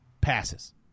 passes